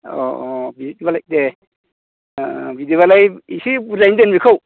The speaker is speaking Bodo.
अ अ बिदिबालाय दे अ अ बिदिबालाय एसे बुरजायैनो दोन बेखौ